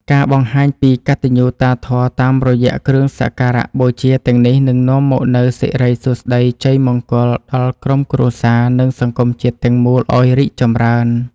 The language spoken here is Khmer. ការបង្ហាញពីកតញ្ញូតាធម៌តាមរយៈគ្រឿងសក្ការបូជាទាំងនេះនឹងនាំមកនូវសិរីសួស្តីជ័យមង្គលដល់ក្រុមគ្រួសារ និងសង្គមជាតិទាំងមូលឱ្យរីកចម្រើន។